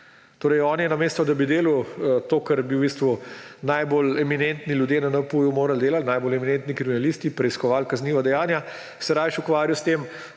Torej on se je, namesto da bi delal to, kar bi v bistvu najbolj eminentni ljudje na NPU morali delati, najbolj eminentni kriminalisti, preiskovali kazniva dejanja, raje ukvarjal s tem,